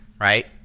right